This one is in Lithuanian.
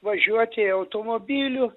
važiuoti automobiliu